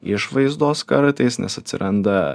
išvaizdos kartais nes atsiranda